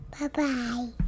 Bye-bye